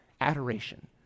adoration